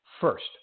first